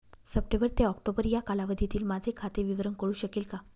September ते October या कालावधीतील माझे खाते विवरण कळू शकेल का?